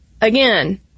again